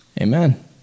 Amen